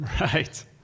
right